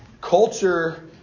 culture